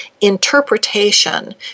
interpretation